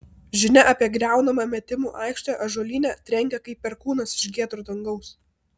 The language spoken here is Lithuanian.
žinia apie griaunamą metimų aikštę ąžuolyne trenkė kaip perkūnas iš giedro dangaus